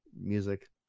music